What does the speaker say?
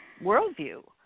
worldview